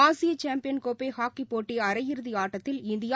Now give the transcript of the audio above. ஆசியசாம்பியன் கோப்பைஹாக்கிப் போட்டிஅரை இறுதிஆட்டத்தில் இந்தியா